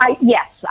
Yes